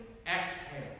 exhale